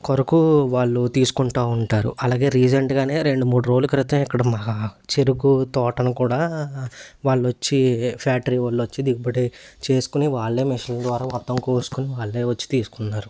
కొరకు వాళ్ళు తీసుకుంటూ ఉంటారు అలాగే రీసెంట్గానే రెండు మూడు రోజుల క్రితం ఇక్కడ మా చెరుకు తోటను కూడా వాళ్ళు వచ్చి ఫ్యాక్టరీ వాళ్ళు వచ్చి దిగబడి చేసుకుని వాళ్ళే మిషన్ ద్వారా మొత్తం కోసుకొని వాళ్ళే వచ్చి తీసుకున్నారు